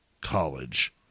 college